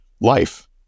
life